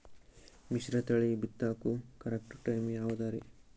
ಮಿಶ್ರತಳಿ ಬಿತ್ತಕು correct time ಯಾವುದರಿ?